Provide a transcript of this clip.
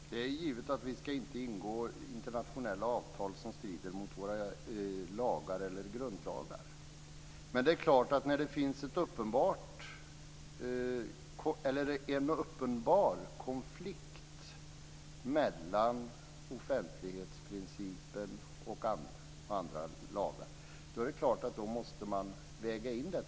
Fru talman! Det är givet att vi inte ska ingå internationella avtal som strider mot våra lagar eller grundlagar. Men det är klart att när det finns en uppenbar konflikt mellan offentlighetsprincipen och andra lagar måste man väga in detta.